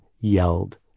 yelled